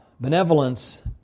benevolence